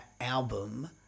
album